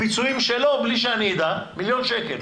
הפיצויים שלו, בלי שאני אדע, מיליון שקלים.